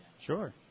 Sure